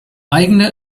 eigene